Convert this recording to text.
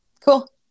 cool